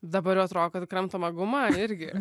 dabar jau atrodo kad kramtoma guma irgi